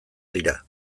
dira